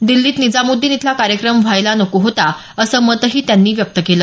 दिल्लीत निजामुद्दीन इथला कार्यक्रम व्हायला नको होता असं मतही त्यांनी व्यक्त केलं